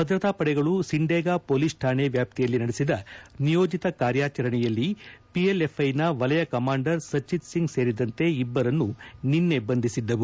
ಭದ್ರತಾ ಪಡೆಗಳು ಸಿಂಡೇಗ ಪೊಲೀಸ್ ಕಾಣೆ ವ್ಯಾಪ್ತಿಯಲ್ಲಿ ನಡೆಸಿದ ನಿಯೋಜಿತ ಕಾರ್ಯಾಚರಣೆಯಲ್ಲಿ ಪಿಎಲ್ಎಫ್ಐನ ವಲಯ ಕಮಾಂಡರ್ ಸಚ್ಚಿತ್ ಸಿಂಗ್ ಸೇರಿದಂತೆ ಇಬ್ಬರನ್ನು ನಿನ್ನೆ ಬಂಧಿಸಿದ್ದವು